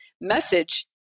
message